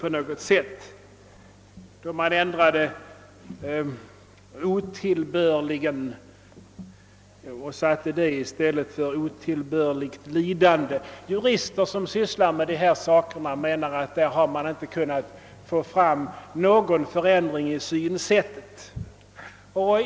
Det var då man ändrade »utsätter djur för otillbörligt lidande» till »otillbörligen utsätter djur för lidande». Jurister som sysslar med dessa saker menar att man inte genom denna lagändring har kunnat få till stånd en förändring till det bättre.